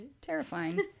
terrifying